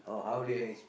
okay